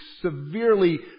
severely